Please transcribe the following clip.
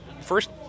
First